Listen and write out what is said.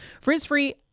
Frizz-free